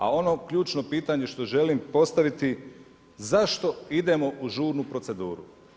A ono ključno pitanje što želim postaviti, zašto idemo u žurnu proceduru?